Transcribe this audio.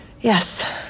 Yes